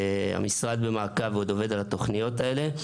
המשרד במעקב ועדיין עובד על התוכניות האלה.